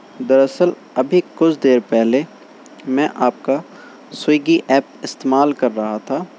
دراصل ابھی کچھ دیر پہلے میں آپ کا سوئیگی ایپ استعمال کر رہا تھا